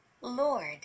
Lord